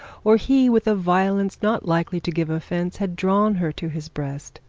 or he with a violence not likely to give offence had drawn her to his breast,